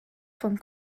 von